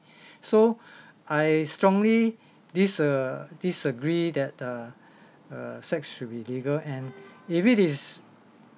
so I strongly disa~ disagree that the uh sex should be legal and if it is